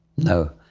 no.